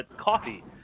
coffee